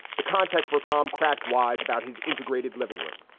the context where tom cracked wise about his integrated living room.